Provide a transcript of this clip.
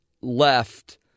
left